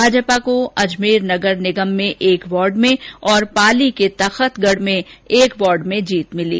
भाजपा को अजमेर नगर निगम में एक वार्ड में और पाली के ताखतगढ में एक वार्ड में जीत मिली